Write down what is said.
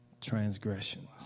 transgressions